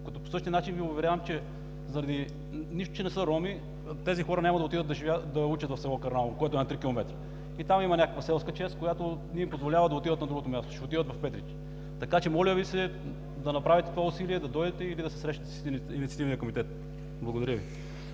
Като по същия начин Ви уверявам – нищо, че не са роми, тези хора няма да отидат да учат в село Кърналово, което е на 3 км. И там има някаква селска чест, която не им позволява да отидат на другото място, ще отидат в Петрич. Така че, моля Ви се да направите това усилие, да дойдете и да се срещнете с Инициативния комитет. Благодаря Ви.